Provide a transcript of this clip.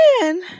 man